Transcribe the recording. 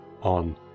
on